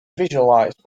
visualized